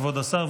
כבוד השר,